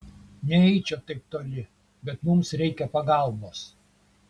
neeičiau taip toli bet mums reikia pagalbos